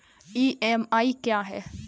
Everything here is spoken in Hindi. ई.एम.आई क्या है?